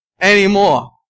anymore